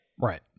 Right